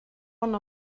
one